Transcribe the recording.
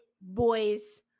boys